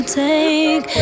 take